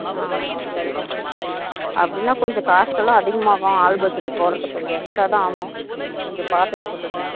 ஆ okay okay அப்படி இல்லைனா கொஞ்சம் காசு எல்லாம் அதிகமாகும் ஆல்பத்துக்கு போடுறதுக்கு கொஞ்சம் எக்ஸ்ட்ரா தான் ஆவும் கொஞ்சம் பார்த்துட்டு சொல்லுங்கள்